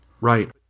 Right